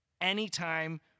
anytime